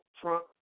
Trump